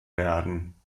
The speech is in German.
werden